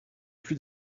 plus